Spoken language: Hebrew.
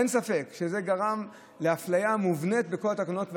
אין ספק שזה גרם לאפליה מובנית בכל התקנות,